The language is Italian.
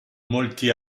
molti